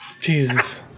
Jesus